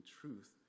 truth